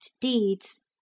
deeds